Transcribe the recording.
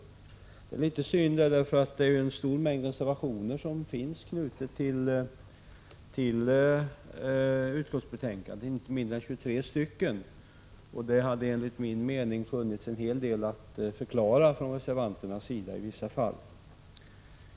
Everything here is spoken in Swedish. Det är litet synd, eftersom en stor mängd reservationer har fogats till utskottsbetänkandet — inte mindre än 23 — och enligt min mening borde reservanterna ha haft en hel del att förklara i vissa fall.